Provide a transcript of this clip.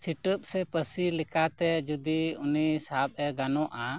ᱥᱤᱴᱟᱹᱵ ᱥᱮ ᱯᱟᱹᱥᱤ ᱞᱮᱠᱟᱛᱮ ᱡᱩᱫᱤ ᱩᱱᱤ ᱥᱟᱵᱽᱼᱮ ᱜᱟᱱᱚᱜᱼᱟ